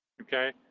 Okay